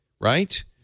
right